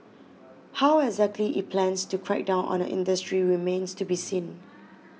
how exactly it plans to crack down on the industry remains to be seen